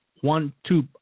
one-two